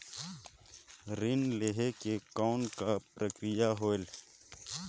ऋण लहे के कौन का प्रक्रिया होयल?